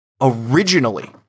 Originally